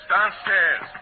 Downstairs